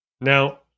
Now